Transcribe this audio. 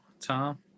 Tom